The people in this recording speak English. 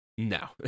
No